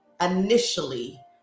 initially